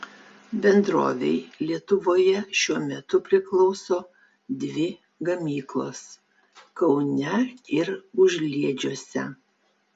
bendrovei lietuvoje šiuo metu priklauso dvi gamyklos kaune ir užliedžiuose